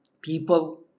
people